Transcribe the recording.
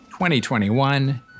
2021